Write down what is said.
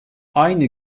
aynı